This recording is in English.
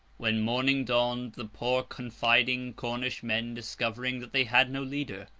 when morning dawned, the poor confiding cornish men, discovering that they had no leader,